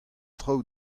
traoù